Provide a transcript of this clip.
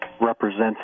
represents